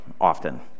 often